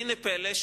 והנה פלא,